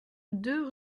deux